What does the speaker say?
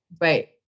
right